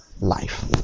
life